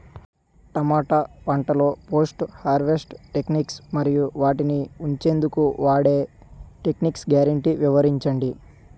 టమాటా పంటలో post harvest techniques మరియు వాటిని ఉంచెందుకు వాడే టెక్నిక్స్ గ్యారంటీ వివరించండి?